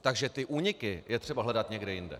Takže ty úniky je třeba hledat někde jinde.